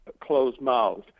closed-mouthed